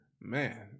Man